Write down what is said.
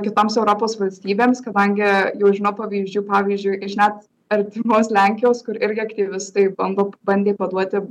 kitoms europos valstybėms kadangi jau žino pavyzdžių pavyzdžiui iš net artimos lenkijos kur irgi aktyvistai bando bandė paduoti